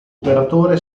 operatore